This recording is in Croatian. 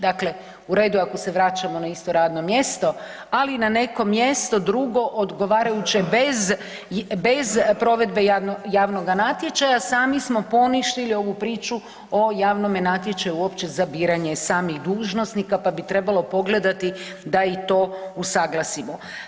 Dakle, u redu ako se vraćamo na isto radno mjesto, ali na neko mjesto drugo odgovarajuće bez, bez provedbe javnoga natječaja, sami smo poništili ovu priču o javnome natječaju uopće za biranje samih dužnosnika pa bi trebalo pogledati da i to usaglasimo.